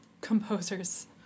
composers